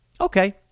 Okay